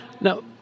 Now